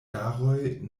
jaroj